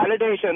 validation